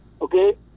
Okay